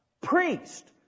Priest